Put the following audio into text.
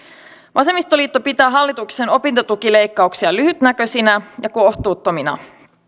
vasemmistoliitto pitää hallituksen opintotukileikkauksia lyhytnäköisinä ja kohtuuttomina